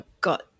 got